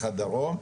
אחד דרום,